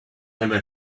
never